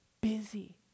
busy